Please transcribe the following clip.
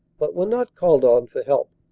but were not called on for help.